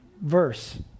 verse